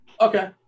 Okay